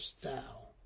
style